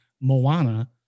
Moana